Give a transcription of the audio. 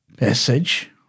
message